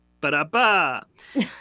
Ba-da-ba